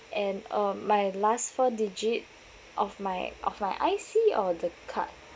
and um my last four digit of my of my I_C or the card